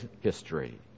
history